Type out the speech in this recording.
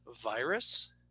virus